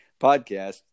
podcast